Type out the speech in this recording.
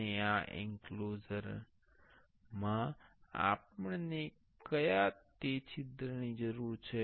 અને આ એંક્લોઝરમાં આપણને ક્યા તે છિદ્રની જરૂર છે